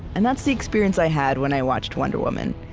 and that's the experience i had when i watched wonder woman.